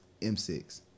M6